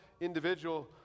individual